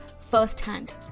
first-hand